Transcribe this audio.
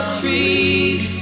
trees